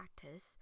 practice